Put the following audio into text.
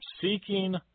seeking